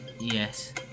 Yes